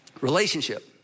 relationship